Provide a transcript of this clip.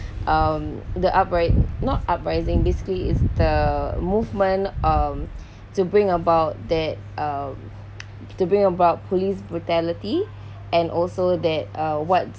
um the upri~ not uprising basically is the movement um to bring about that um to bring about police brutality and also that uh what